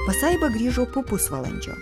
pasaiba grįžo po pusvalandžio